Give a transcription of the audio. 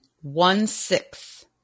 one-sixth